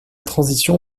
transition